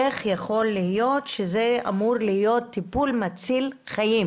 איך יכול להיות שזה אמור להיות טיפול מציל חיים?